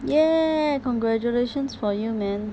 ya congratulations for you man